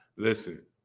Listen